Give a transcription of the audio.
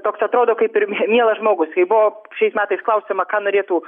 toks atrodo kaip ir mie mielas žmogus kai buvo šiais metais klausiama ką norėtų